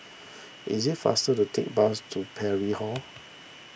it is faster to take bus to Parry Hall